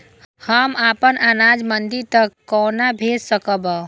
हम अपन अनाज मंडी तक कोना भेज सकबै?